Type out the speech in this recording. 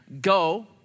go